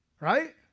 Right